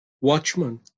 Watchman